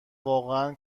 واقعا